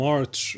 March